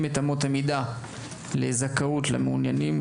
את אמות המידה לזכאות למעוניינים,